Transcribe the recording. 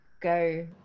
go